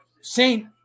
saint